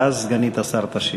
ואז סגנית השר תשיב.